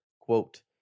quote